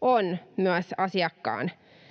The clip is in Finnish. on myös asiakkaan